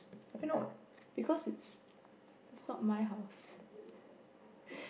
because it's it's not my house